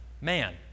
man